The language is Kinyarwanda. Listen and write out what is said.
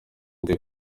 nde